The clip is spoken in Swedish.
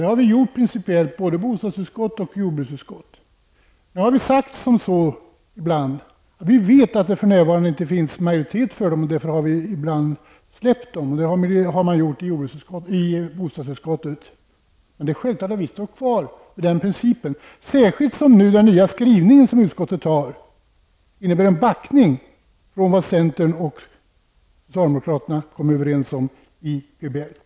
Det har vi gjort principiellt både i bostadsutskottet och i jordbruksutskottet. Ibland har vi släppt våra krav då vi vetat att det inte funnits majoritet. Så har man även gjort i bostadsutskottet. Men vi står självklart fast vid den principen, särskilt som den nya skrivning som utskottet har antagit innebär att centern och socialdemokraterna har backat från det man kommit överens om i PBL.